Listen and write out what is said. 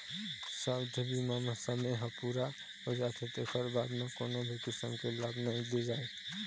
सावधि बीमा म समे ह पूरा हो जाथे तेखर बाद म कोनो भी किसम के लाभ नइ दे जाए